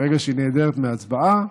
ברגע שהיא נעדרת מההצבעה,